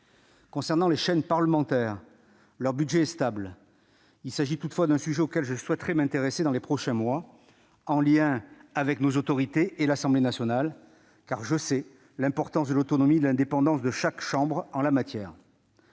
budget des chaînes parlementaires est stable. Il s'agit toutefois d'un sujet auquel je souhaite m'intéresser dans les prochains mois, en lien avec nos autorités et avec l'Assemblée nationale, car je sais l'importance de l'autonomie de chaque chambre en la matière.